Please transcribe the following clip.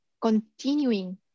continuing